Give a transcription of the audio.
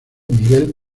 miguel